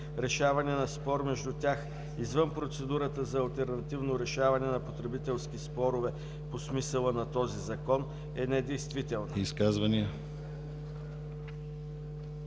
решаване на спор между тях, извън процедурата за алтернативно решаване на потребителски спорове по смисъла на този закон, е недействителна“.“